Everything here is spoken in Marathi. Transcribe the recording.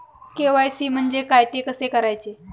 के.वाय.सी म्हणजे काय? ते कसे करायचे?